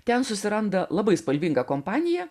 ten susiranda labai spalvingą kompaniją